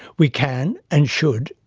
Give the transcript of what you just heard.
we can, and should,